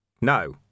No